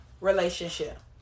relationship